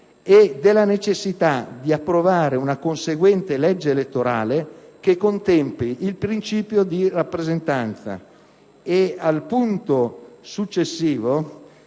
«e della necessità di approvare una conseguente legge elettorale che contempli il principio di rappresentanza».